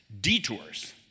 detours